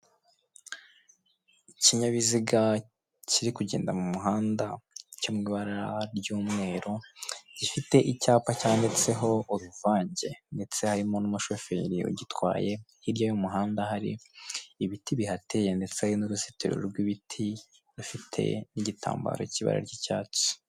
Ikinyabiziga kiri kugenda mu muhanda cyo mu ibara ry'umweru, gifite icyapa cyanditseho uruvange ndetse harimo n'umushoferi ugitwaye, hirya y'umuhanda hari ibiti bihateye ndetse hari n'uruzitiro rw'ibiti rufite igitambaro cy'ibara ry'icyatsi.